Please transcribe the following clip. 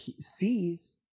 sees